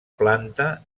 planta